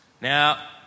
Now